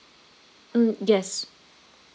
mm yes